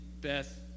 Beth